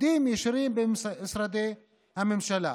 עובדים ישירים במשרדי הממשלה.